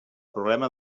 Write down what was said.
problema